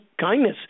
kindness